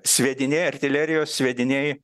sviediniai artilerijos sviediniai